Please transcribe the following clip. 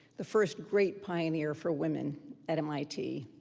the first great pioneer for women at mit.